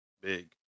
big